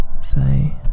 say